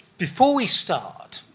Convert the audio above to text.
before we start,